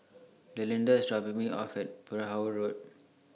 Delinda IS dropping Me off At Perahu Road